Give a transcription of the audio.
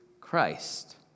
Christ